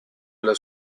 alla